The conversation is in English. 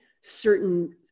certain